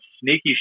sneaky